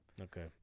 Okay